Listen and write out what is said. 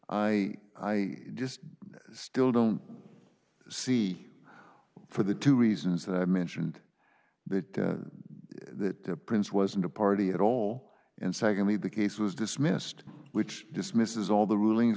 i just still don't see for the two reasons that i mentioned that that prince wasn't a party at all and secondly the case was dismissed which dismisses all the rulings